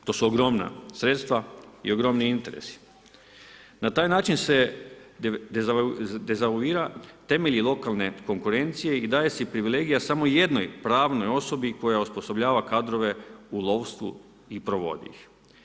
To su ogromna sredstva i ogromni interesi, na taj način se dezavuira temelji lokalne konkurencije i daje se privilegija samo jednoj pravnoj osobi koja osposobljava kadrove u lovstvu i provodi ih.